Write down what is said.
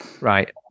Right